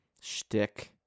shtick